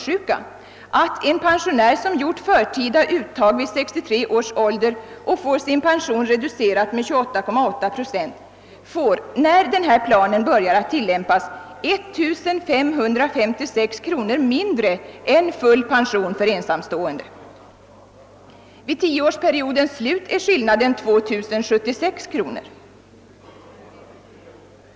skulle ha fått vid full pension. Vid tioårsperiodens slut är skillnaden 2076 kronor.